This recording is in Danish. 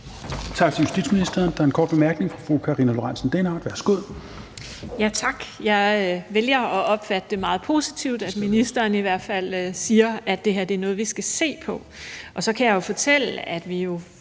Tak til justitsministeren. Der er en kort bemærkning fra fru Karina Lorentzen Dehnhardt. Værsgo. Kl. 16:37 Karina Lorentzen Dehnhardt (SF): Tak. Jeg vælger at opfatte det meget positivt, at ministeren i hvert fald siger, at det her er noget, vi skal se på, og så kan jeg jo fortælle, at vi